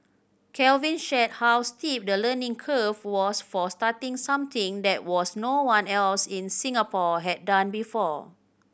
Calvin shared how steep the learning curve was for starting something that was no one else in Singapore had done before